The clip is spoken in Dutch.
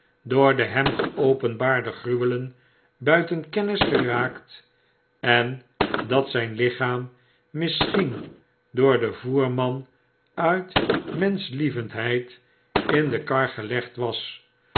door de hem geopenbaarde gruwelen buiten kennis geraakt en dat zyn lichaam misschien door den voerman uit menschlievendheid in de kar gelegd was